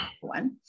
one